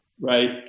right